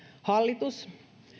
hallitus